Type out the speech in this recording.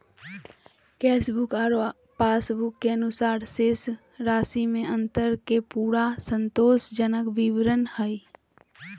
cashbook आरो passbook के अनुसार शेष राशि में अंतर के पूरा संतोषजनक विवरण हइ